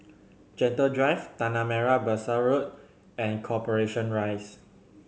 Gentle Drive Tanah Merah Besar Road and Corporation Rise